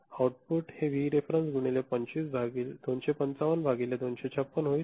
output हे V reference गुणिले 255 भागिले 256 होईल